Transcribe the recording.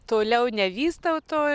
toliau nevystau to